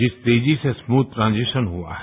जिस तेजी से समूथ ट्रांजेक्शन हुआ है